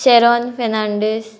Charon Fernandes